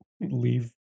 leave